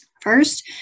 First